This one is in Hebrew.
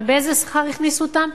אבל באיזה שכר הכניסו אותם?